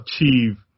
achieve